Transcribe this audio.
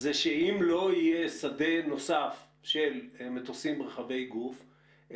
היא שאם לא יהיה שדה נוסף של מטוסים רחבי גוף,